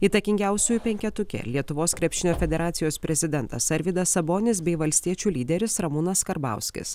įtakingiausiųjų penketuke lietuvos krepšinio federacijos prezidentas arvydas sabonis bei valstiečių lyderis ramūnas karbauskis